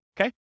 Okay